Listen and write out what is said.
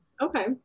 okay